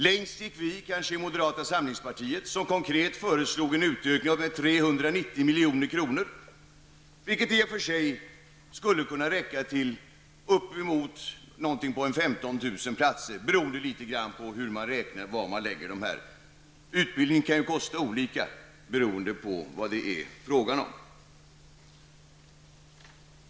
Längst gick kanske vi moderater som konkret föreslog en ökning på 390 milj.kr., vilket i och för sig skulle kunna räcka till upp emot 15 000 platser, litet grand beroende på hur man räknar och var man lägger pengarna. Utbildning kan ju kosta olika beroende på vad det är fråga om.